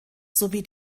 sowie